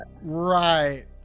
right